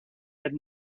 had